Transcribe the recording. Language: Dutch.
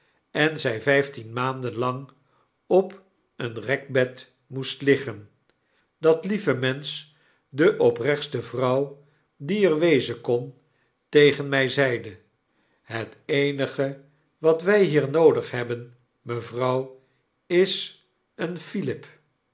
en zfl vflftien maanden lang op een rekbed moest liggen dat lieve mensch de oprechtste vrouw die er wezen kon tegen mij zeide het eenige wat wfl hier noodig hebben mevrouw is een fillip